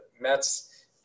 Mets